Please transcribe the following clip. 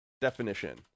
definition